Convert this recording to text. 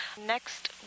Next